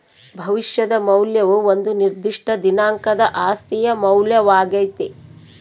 ಭವಿಷ್ಯದ ಮೌಲ್ಯವು ಒಂದು ನಿರ್ದಿಷ್ಟ ದಿನಾಂಕದ ಆಸ್ತಿಯ ಮೌಲ್ಯವಾಗ್ಯತೆ